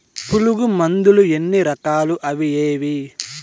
పులుగు మందులు ఎన్ని రకాలు అవి ఏవి?